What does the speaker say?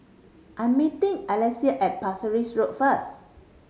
I'm meeting Alesia at Parsi Road first